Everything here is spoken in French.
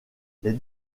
les